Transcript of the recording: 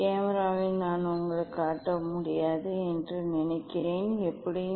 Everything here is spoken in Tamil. கேமராவில் நான் உங்களுக்குக் காட்ட முடியாது என்று நினைக்கிறேன் எப்படியும்